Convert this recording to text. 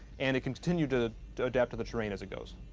and it continues to to adapt to the terrain as it goes.